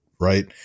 right